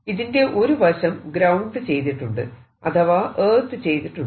ഇതിന്റെ ഒരു വശം ഗ്രൌണ്ട് ചെയ്തിട്ടുണ്ട് അഥവാ എർത്ത് ചെയ്തിട്ടുണ്ട്